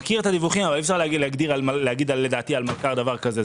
אני מכיר את הדיווחים אבל לדעתי אי אפשר להגיד על מלכ"ר דבר כזה.